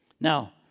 Now